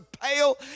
pale